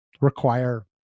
require